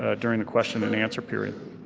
ah during the question and answer period.